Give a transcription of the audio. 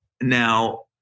Now